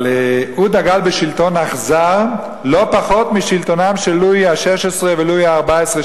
שדגל בשלטון אכזר לא פחות משלטונם של לואי ה-16 ולואי ה-14,